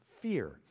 fear